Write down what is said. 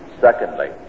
Secondly